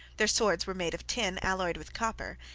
their swords were made of tin alloyed with copper,